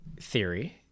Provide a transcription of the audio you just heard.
theory